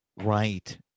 Right